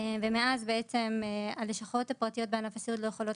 ומאז הלשכות הפרטיות בענף הסיעוד למעשה לא יכולות